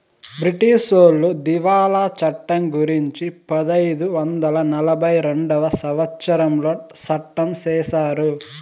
బ్రిటీసోళ్లు దివాళా చట్టం గురుంచి పదైదు వందల నలభై రెండవ సంవచ్చరంలో సట్టం చేశారు